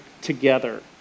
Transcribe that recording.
together